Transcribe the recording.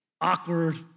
Awkward